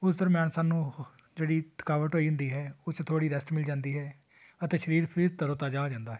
ਉਸ ਦਰਮਿਆਨ ਸਾਨੂੰ ਜਿਹੜੀ ਥਕਾਵਟ ਹੋਈ ਹੁੰਦੀ ਹੈ ਉਸ 'ਚ ਥੋੜ੍ਹੀ ਰੈਸਟ ਮਿਲ ਜਾਂਦੀ ਹੈ ਅਤੇ ਸਰੀਰ ਫਿਰ ਤਰੋ ਤਾਜ਼ਾ ਹੋ ਜਾਂਦਾ ਹੈ